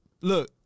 look